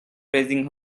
raising